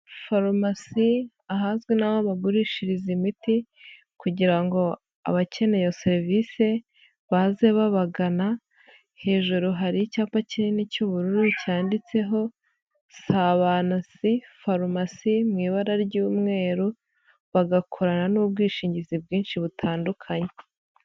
Farumasi ahazwi n'aho bagurishiriza imiti kugira ngo abakeneye iyo serivisi baze babagana, hejuru hari icyapa kinini cy'ubururu, cyanditseho sabanasi, farumasi mu ibara ry'umweru, bagakorana n'ubwishingizi bwinshi butandukanye.